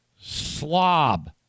slob